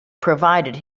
provided